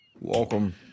Welcome